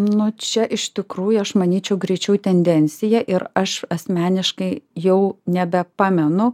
nu čia iš tikrųjų aš manyčiau greičiau tendencija ir aš asmeniškai jau nebepamenu